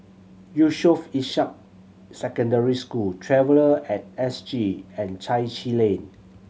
Yusof Ishak Secondary School Traveller At S G and Chai Chee Lane